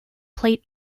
plate